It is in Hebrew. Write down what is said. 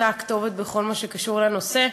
אתה הכתובת בכל מה שקשור לנושא.